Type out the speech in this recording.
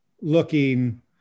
looking